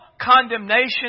condemnation